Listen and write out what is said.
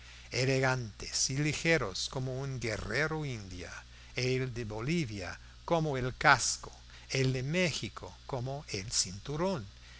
elegantes y ligeros como un guerrero indio el de bolivia como el casco el de méxico como el cinturón